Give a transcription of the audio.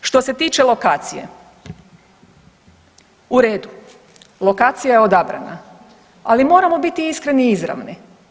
Što se tiče lokacije, u redu, lokacija je odabrana, ali moramo biti iskreni i izravni.